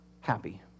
happy